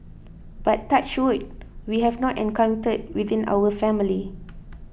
but touch wood we have not encountered within our family